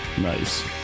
Nice